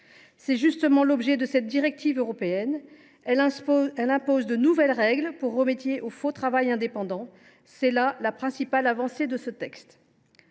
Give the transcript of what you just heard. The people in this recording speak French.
C’est justement l’objet de cette directive européenne. Elle met en place de nouvelles règles pour mettre fin au faux travail indépendant. C’est là la principale avancée de ce texte.